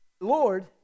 Lord